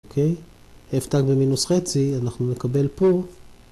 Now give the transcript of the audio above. אוקיי, f' במינוס חצי אנחנו נקבל פה.